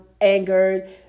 angered